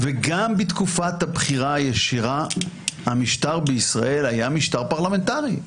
וגם בתקופת הבחירה הישירה המשטר בישראל היה משטר פרלמנטרי,